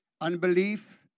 unbelief